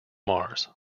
mars